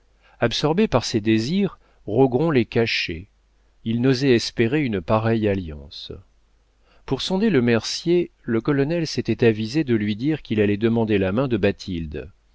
absorbé par ses désirs rogron les cachait il n'osait espérer une pareille alliance pour sonder le mercier le colonel s'était avisé de lui dire qu'il allait demander la main de bathilde